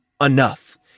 enough